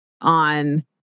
on